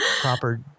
Proper